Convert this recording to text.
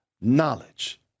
knowledge